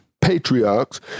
patriarchs